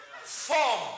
Form